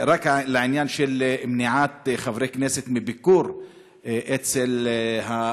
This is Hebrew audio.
אז רק לעניין של מניעת ביקור חברי כנסת אצל האסירים.